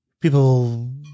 people